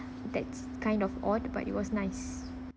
that's kind of odd but it was nice